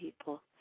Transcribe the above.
people